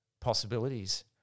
possibilities